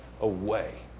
away